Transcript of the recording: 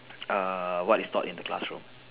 err what is taught in the classroom